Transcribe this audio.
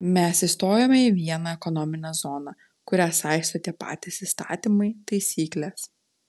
mes įstojome į vieną ekonominę zoną kurią saisto tie patys įstatymai taisyklės